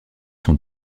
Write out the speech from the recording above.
sont